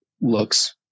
looks